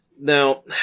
Now